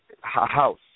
house